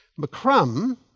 McCrum